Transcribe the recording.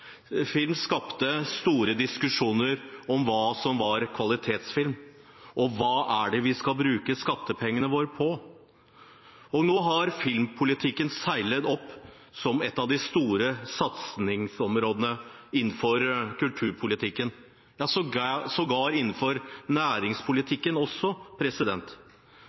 film «Dis» skapte store diskusjoner om hva som var kvalitetsfilm og hva vi skal bruke skattepengene våre på. Og nå har filmpolitikken seilt opp som et av de store satsingsområdene innenfor kulturpolitikken, ja sågar innenfor næringspolitikken.